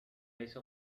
ليست